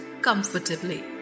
comfortably